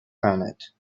planet